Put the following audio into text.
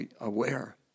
aware